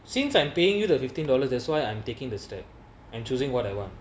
since I'm paying you the fifteen dollars that's why I'm taking this strap and choosing whatever